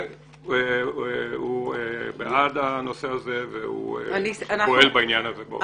בעד הנושא הזה והוא פועל בעניין הזה.